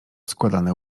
składane